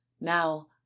now